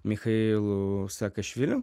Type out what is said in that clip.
michailu saakašviliu